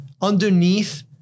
Underneath